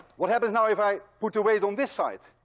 what happens now if i put the weight on this side?